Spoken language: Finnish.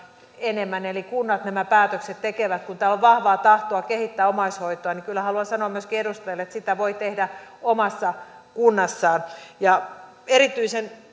enemmän eli kunnat nämä päätökset tekevät kun täällä on vahvaa tahtoa kehittää omaishoitoa niin kyllä haluan sanoa myöskin edustajille että sitä voi tehdä omassa kunnassaan erityisen